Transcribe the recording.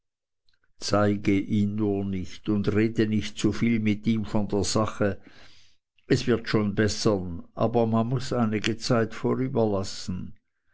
zeige ihn nur nicht und rede nicht zu viel mit ihm von der sache es wird schon bessern aber man muß einige zeit